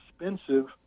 expensive